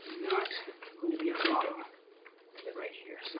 not going to be a problem with it right here. so